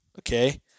Okay